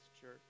church